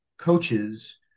coaches